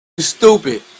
stupid